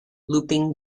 looping